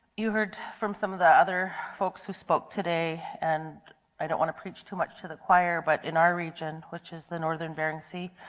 you heard from some of the others folks who spoke today and i don't want to preach too much to the choir but in our region which is the northern bering sea,